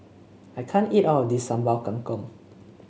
I can't eat all of this Sambal Kangkong